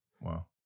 Wow